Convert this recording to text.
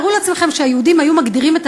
תארו לעצמכם שהיהודים היו מגדירים את